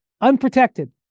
unprotected